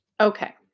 okay